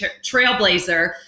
trailblazer